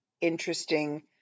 interesting